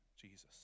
Jesus